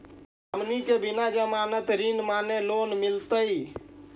हमनी के बिना जमानत के ऋण माने लोन मिलतई?